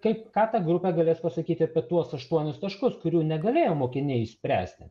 kaip ką ta grupė galės pasakyti apie tuos aštuonis taškus kurių negalėjo mokiniai išspręsti